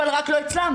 אבל רק לא אצלם,